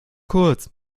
kurz